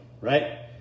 right